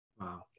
Wow